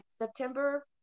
September